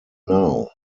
now